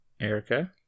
Erica